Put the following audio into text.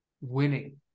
winning